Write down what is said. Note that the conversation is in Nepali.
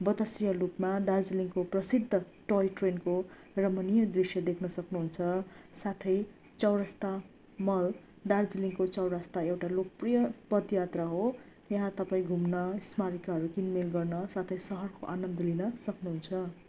बतासिया लुपमा दार्जिलिङको प्रसिद्ध टोय ट्रेनको रमणीय दृश्य देख्न सक्नु हुन्छ साथै चौरस्ता मल दार्जिलिङको चौरस्ता एउटा लोकप्रिय पदयात्रा हो त्यहाँ तपाईँ घुम्न स्मारिकाहरू किनमेल गर्न साथै सहरको आनन्द लिन सक्नु हुन्छ